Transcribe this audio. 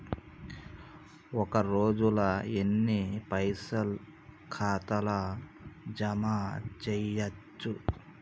ఒక రోజుల ఎన్ని పైసల్ ఖాతా ల జమ చేయచ్చు?